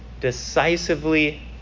decisively